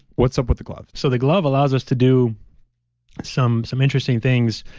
what's up with the gloves? so the glove allows us to do some some interesting things.